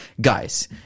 guys